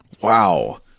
Wow